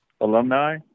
alumni